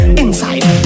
inside